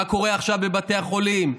מה קורה עכשיו בבתי החולים?